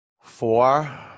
Four